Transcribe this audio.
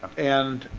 and